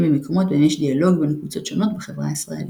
במקומות בהם יש דיאלוג בין קבוצות שונות בחברה הישראלית.